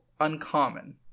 uncommon